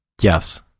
yes